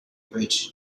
bridge